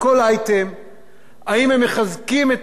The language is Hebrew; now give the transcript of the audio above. אם הם מחזקים את המשימה של חיזוק המדינה,